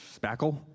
Spackle